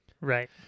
Right